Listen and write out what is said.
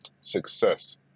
success